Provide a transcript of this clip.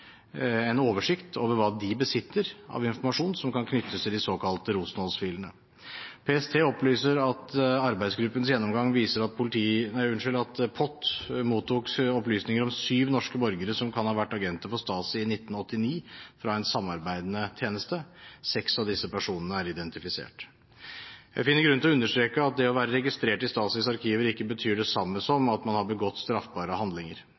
en oversikt over hva de besitter av informasjon som kan knyttes til de såkalte Rosenholz-filene. PST opplyser at arbeidsgruppens gjennomgang viser at POT mottok opplysninger om syv norske borgere som kan ha vært agenter for Stasi i 1989, fra en samarbeidende tjeneste. Seks av disse personene er identifisert. Jeg finner grunn til å understreke at det å være registrert i Stasis arkiver ikke betyr det samme som at man har begått straffbare handlinger.